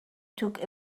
took